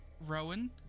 Rowan